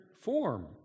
form